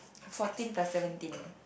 fourteen plus seventeen